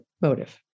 motive